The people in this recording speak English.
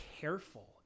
careful